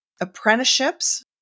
Apprenticeships